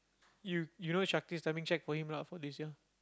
you you know timing check for him lah for this year